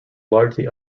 largely